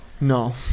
No